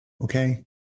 okay